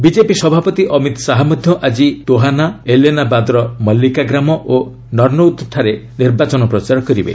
BJP ସଭାପତି ଅମିତ ଶାହା ମଧ୍ୟ ଆଜି ତୋହାନା ଏଲେନାବାଦର ମଲ୍ଲିକାଗ୍ରାମ ଓ ନର୍ନଉନ୍ଦଠାରେ ନିର୍ବାଚନ ପ୍ରଚାର କରିବେ